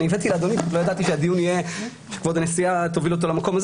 לא ידעתי אדוני שכבוד הנשיאה תוביל את הדיון למקום הזה